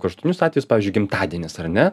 kraštutinius atvejus pavyzdžiui gimtadienis ar ne